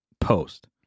post